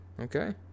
Okay